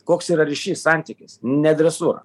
koks yra ryšys santykis ne dresūra